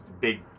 big